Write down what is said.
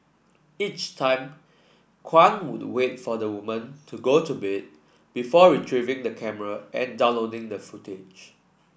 each time Kwan would wait for the woman to go to bed before retrieving the camera and downloading the footage